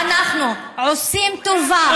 שאנחנו עושים טובה,